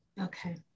Okay